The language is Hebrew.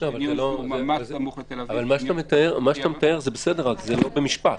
מה שאתה מתאר זה בסדר, אבל זה לא מבחינת משפטית.